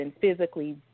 physically